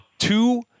Two